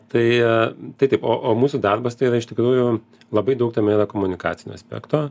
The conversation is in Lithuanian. tai tai taip o o mūsų darbas tai yra iš tikrųjų labai daug tame yra komunikacinio aspekto